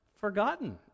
forgotten